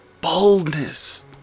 boldness